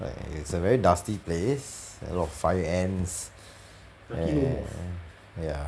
like it's a very dusty place a lot of fire ants and ya